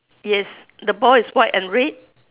yes the ball is white and red